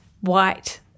white